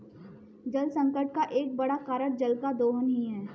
जलसंकट का एक बड़ा कारण जल का दोहन ही है